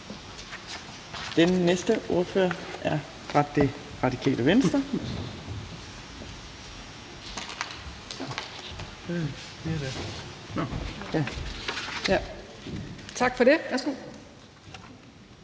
Den næste ordfører er fra Det Radikale Venstre. Kl.